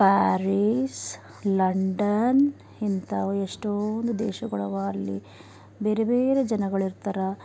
Paris London ಇಂಥವು ಎಷ್ಟೊಂದು ದೇಶಗಳವ ಅಲ್ಲಿ ಬೇರೆ ಬೇರೆ ಜನಗಳು ಇರ್ತಾರ